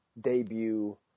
debut